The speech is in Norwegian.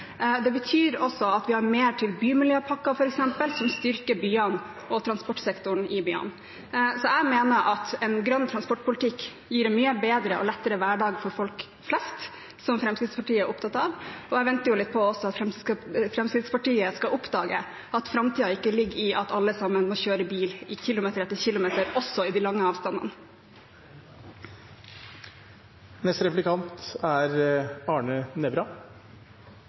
Det betyr også at vi har mer til f.eks. bymiljøpakker, som styrker byene og transportsektoren i byene. Så jeg mener at en grønn transportpolitikk gir en mye bedre og lettere hverdag for folk flest, som Fremskrittspartiet er opptatt av. Og jeg venter også litt på at Fremskrittspartiet skal oppdage at framtiden ikke ligger i at alle sammen må kjøre bil i kilometer etter kilometer på de lange avstandene. I motsetning til forrige replikant